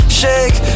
shake